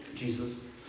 Jesus